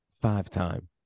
five-time